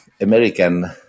American